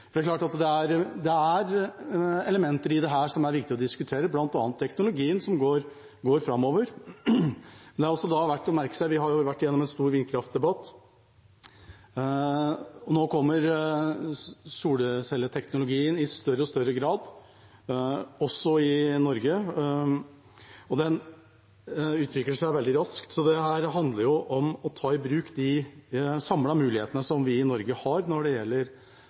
å diskutere, bl.a. teknologien, som går framover. Det er verdt å merke seg – vi har vært igjennom en stor vindkraftdebatt – at nå kommer solcelleteknologien i større og større grad, også i Norge. Den utvikler seg veldig raskt. Dette handler om å ta i bruk de samlede mulighetene vi i Norge har når det